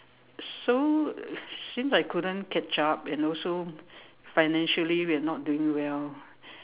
so since I couldn't catch up and also financially we're not doing well